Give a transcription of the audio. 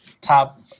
top